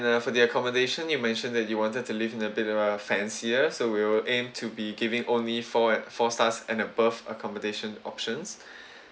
err the accommodation you mentioned that you wanted to live in a bit of a fancier so we will aim to be giving only four a~ four stars and above accommodation options